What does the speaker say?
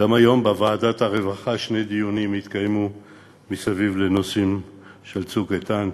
גם היום התקיימו בוועדת הרווחה שני דיונים סביב נושאים של "צוק איתן",